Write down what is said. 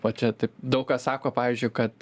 va čia taip daug kas sako pavyzdžiui kad